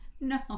No